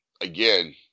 again